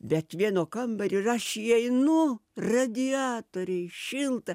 bet vieno kambario ir aš įeinu radiatoriai šilta